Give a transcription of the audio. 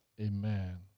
Amen